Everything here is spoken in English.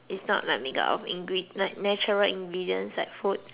is not like make of ingre like natural ingredients like food